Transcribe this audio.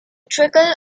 trickle